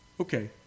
Okay